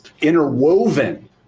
interwoven